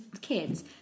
kids